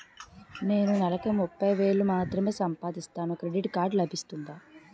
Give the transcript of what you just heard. నేను నెల కి ముప్పై వేలు మాత్రమే సంపాదిస్తాను క్రెడిట్ కార్డ్ లభిస్తుందా?